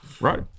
Right